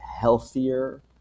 healthier